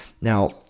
Now